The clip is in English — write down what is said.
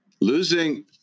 losing